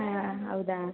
ಹಾಂ ಹೌದಾ